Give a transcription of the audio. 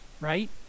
right